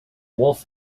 wolf